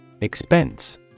Expense